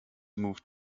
moved